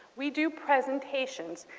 we do presentations.